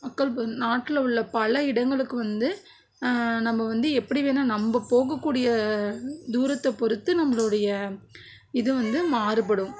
மக்கள் இப்போ நாட்டில் உள்ள பல இடங்களுக்கு வந்து நம்ப வந்து எப்படி வேணா நம்ப போகக்கூடிய தூரத்தை பொறுத்து நம்பளோடைய இது வந்து மாறுபடும்